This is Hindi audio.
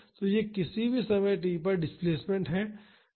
तो यह किसी भी समय t पर डिस्प्लेसमेंट है